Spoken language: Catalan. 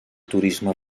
turisme